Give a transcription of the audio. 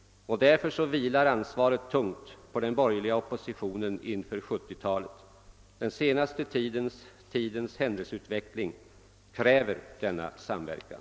Därför vilar ansvaret tungt på den borgerliga oppositionen inför 1970-talet. Den senaste tidens händelseutveckling kräver denna samverkan.